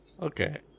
Okay